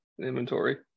inventory